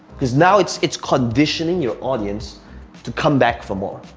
cause now it's it's conditioning your audience to come back for more.